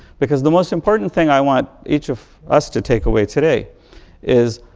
because the most important thing i want each of us to take away today is,